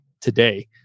today